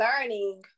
learning